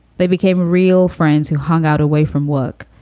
they became real friends who hung out away from work.